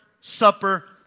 Supper